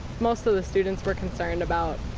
most of of the students were concerned about